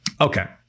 Okay